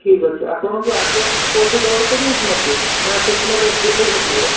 ଠିକ୍ ଅଛି ଆପଣଙ୍କୁ ଆଗୁଆ କିଛି ପଇସା ଦେବାକୁ ପଡ଼ିବ କି ମତେ ନା ସେଇଦିନ ଯାଇ ଦେଲେ ହେଇଯିବ